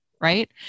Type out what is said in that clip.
Right